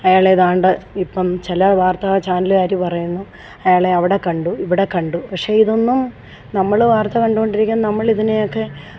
അയാളെ ദാണ്ട ഇപ്പം ചില വാർത്തകൾ ചാനലുകാർ പറയുന്നു അയാളെ അവിടെ കണ്ടു ഇവിടെ കണ്ടു പക്ഷേ ഇതൊന്നും നമ്മൾ വാർത്ത കണ്ടുകൊണ്ടിരിക്കുന്ന നമ്മൾ ഇതിനെ ഒക്കെ